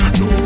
no